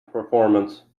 performance